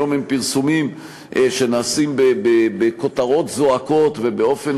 היום אלה פרסומים שנעשים בכותרות זועקות ובאופן